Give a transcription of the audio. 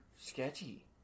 sketchy